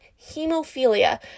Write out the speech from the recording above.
hemophilia